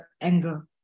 anger